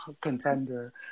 contender